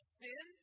sin